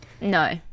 No